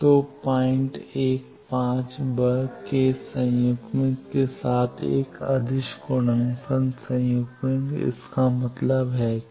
तो 015 वर्ग इस संयुग्मित के साथ एक अदिश गुणनफल संयुग्मित इसका मतलब है कि